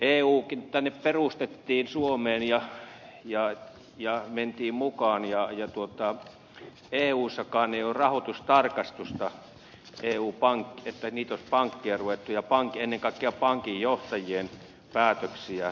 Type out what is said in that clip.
eukin tänne suomeen perustettiin ja mentiin mukaan ja eussakaan ei ole rahoitustarkastusta että olisi pankkeja ja ennen kaikkea pankinjohtajien päätöksiä ruvettu tarkastamaan